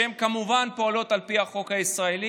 שהן כמובן פועלות על פי החוק הישראלי,